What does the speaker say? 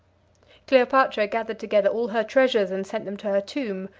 cleopatra gathered together all her treasures and sent them to her tomb.